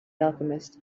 alchemist